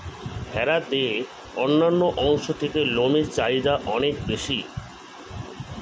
ভেড়ার দেহের অন্যান্য অংশের থেকে লোমের চাহিদা অনেক বেশি